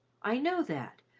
i know that,